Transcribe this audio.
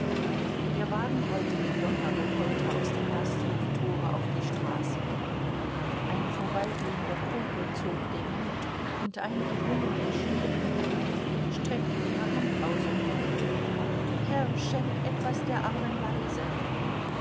der wagen rollte mit donnergepolter aus dem gasthoftore auf die straße ein vorbeigehender pope zog den hut und einige jungen in schmierigen hemden streckten ihre hand aus und bettelten herr schenk etwas der armen waise